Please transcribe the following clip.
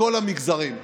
בכל המגזרים.